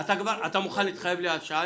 אתה מוכן להתחייב לי על שעה?